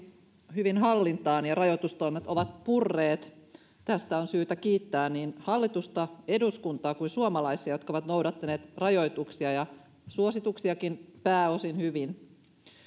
hyvin hallintaan ja rajoitustoimet ovat purreet tästä on syytä kiittää niin hallitusta eduskuntaa kuin suomalaisia jotka ovat noudattaneet rajoituksia ja suosituksiakin pääosin hyvin